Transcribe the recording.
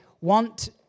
want